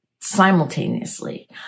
simultaneously